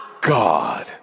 God